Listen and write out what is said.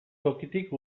tokitik